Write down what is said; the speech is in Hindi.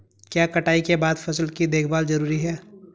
क्या कटाई के बाद फसल की देखभाल जरूरी है?